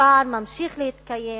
הפער ממשיך להתקיים